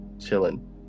chilling